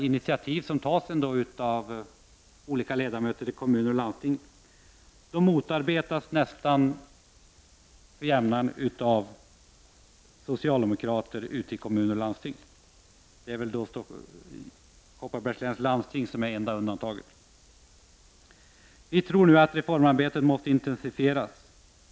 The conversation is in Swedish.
Initiativ som ändå tas av olika politiker i kommuner och landsting motarbetas nästan alltid av socialdemokrater i kommuner och landsting. Det enda undantaget är väl Kopparbergs läns landsting. Vi tror att reformarbetet måste intensifieras.